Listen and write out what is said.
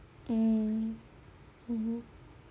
mm mmhmm